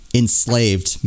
enslaved